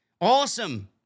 Awesome